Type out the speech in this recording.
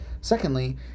Secondly